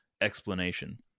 explanation